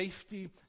safety